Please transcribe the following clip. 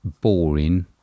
boring